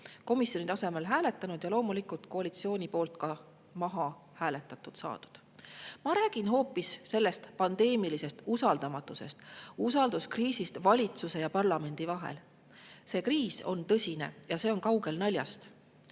komisjoni tasemel neid hääletanud ja loomulikult said need koalitsiooni poolt ka maha hääletatud. Ma räägin hoopis sellest pandeemilisest usaldamatusest, usalduskriisist valitsuse ja parlamendi vahel. See kriis on tõsine ja see on kaugel naljast.